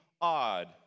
odd